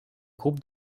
groupe